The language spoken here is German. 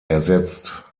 ersetzt